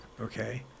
Okay